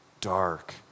dark